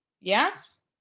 Yes